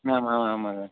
ஆமாம் ஆமாங்க